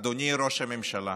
אדוני ראש הממשלה,